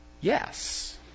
yes